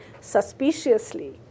suspiciously